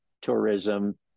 tourism